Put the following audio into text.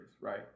right